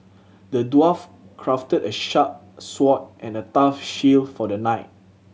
the dwarf crafted a sharp sword and a tough shield for the knight